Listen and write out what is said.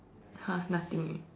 !huh! nothing eh